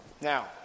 Now